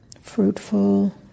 fruitful